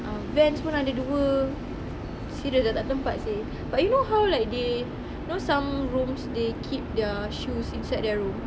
ah Vans pun ada dua serious dah tak ada tempat seh but you know how like they know some rooms they keep their shoes inside their room